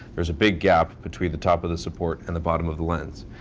there's a big gap between the top of the support and the bottom of the lens.